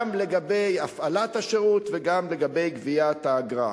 גם לגבי הפעלת השירות וגם לגבי גביית האגרה.